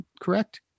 correct